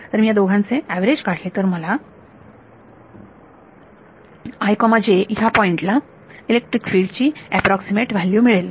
तर मी या दोघांचे अवरेज काढले तर मला ह्या पॉइंटला इलेक्ट्रिक फिल्ड ची अॅप्रॉक्सीमेट व्हॅल्यू मिळेल